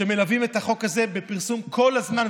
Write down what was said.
שמלווים את החוק הזה בפרסום כל הזמן,